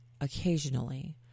occasionally